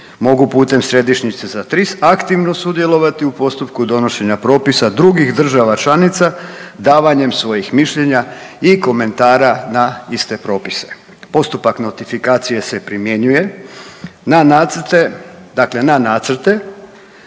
mogu putem središnjice za TRIS aktivno sudjelovati u postupku donošenja propisa drugih država članica davanjem svojih mišljenja i komentara na iste propise. Postupak notifikacije se primjenjuje na nacrte, dakle na nacrte